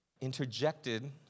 interjected